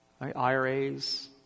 IRAs